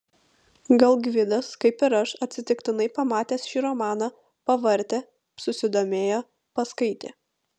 gal gvidas kaip ir aš atsitiktinai pamatęs šį romaną pavartė susidomėjo paskaitė